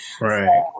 Right